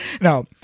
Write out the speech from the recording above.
no